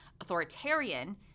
authoritarian